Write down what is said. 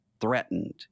threatened